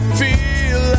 feel